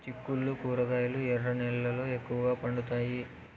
చిక్కుళ్లు కూరగాయలు ఎర్ర నేలల్లో ఎక్కువగా పండుతాయా